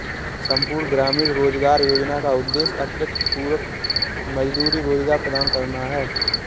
संपूर्ण ग्रामीण रोजगार योजना का उद्देश्य अतिरिक्त पूरक मजदूरी रोजगार प्रदान करना है